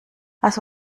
lass